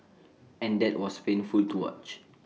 and that was painful to watch